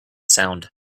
sound